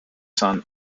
son